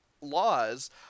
laws